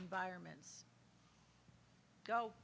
environments go